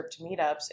meetups